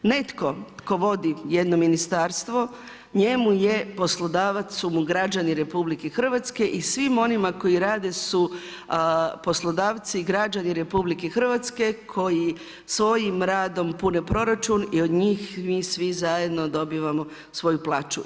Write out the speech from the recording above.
Netko tko vodi jedno ministarstvo, njemu je poslodavac su mu građani RH i svim onima koji rade su poslodavci i građani RH koji svojim radom pune proračun i od njih mi svi zajedno dobivamo svoju plaću.